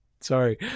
Sorry